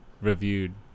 reviewed